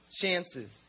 chances